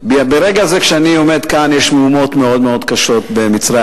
ברגע זה שאני עומד כאן יש מהומות מאוד קשות במצרים,